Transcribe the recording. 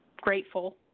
grateful